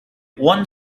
one